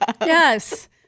yes